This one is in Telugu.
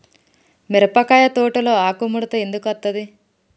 మిరపకాయ తోటలో ఆకు ముడత ఎందుకు అత్తది?